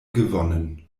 gewonnen